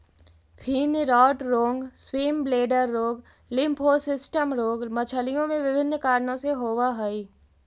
fin rot रोग, swim bladder रोग, lymphocystis रोग मछलियों में विभिन्न कारणों से होवअ हई